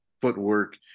footwork